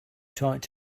tight